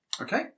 Okay